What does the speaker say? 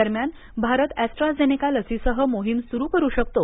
दरम्यान भारत एस्ट्राझेनेका लसीसह मोहीम सुरू करू शकतो